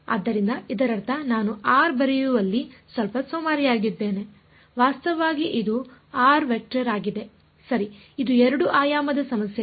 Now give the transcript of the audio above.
ಆದ್ದರಿಂದ ಇದರರ್ಥ ನಾನು ಆರ್ ಬರೆಯುವಲ್ಲಿ ಸ್ವಲ್ಪ ಸೋಮಾರಿಯಾಗಿದ್ದೇನೆ ವಾಸ್ತವವಾಗಿ ಇದು ಆಗಿದೆ ಸರಿ ಇದು 2 ಆಯಾಮದ ಸಮಸ್ಯೆಗಳು